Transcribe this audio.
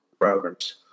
programs